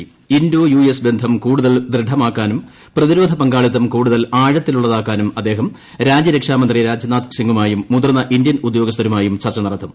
പ്രൂ ജന്തോ യുഎസ് ബന്ധം കൂടുതൽ ദൃഡമാക്കാനും പ്രതിരോദ്ധ പങ്കാളിത്തം കൂടുതൽ ആഴത്തിലുള്ള താക്കാനും അദ്ദേഹം രാജ്യരക്ഷാമന്ത്രി രാജ്നാഥ് സിംഗുമായും മുതിർന്ന ഇന്ത്യൻ ഉദ്യോഗസ്ഥരുമായും ചർച്ച നടത്തും